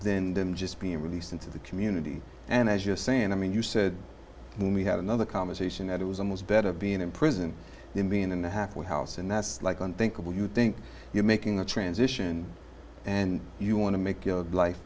then than just being released into the community and as you're saying i mean you said we have another conversation that it was almost better being in prison than being in a halfway house and that's like on thinkable you think you're making the transition and you want to make your life